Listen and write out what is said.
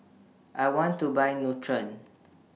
I want to Buy Nutren